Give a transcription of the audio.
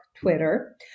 Twitter